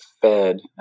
fed